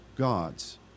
gods